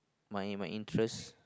my my interest